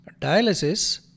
Dialysis